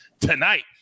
tonight